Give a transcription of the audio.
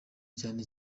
cyane